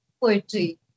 poetry